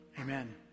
amen